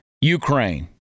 ukraine